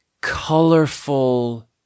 colorful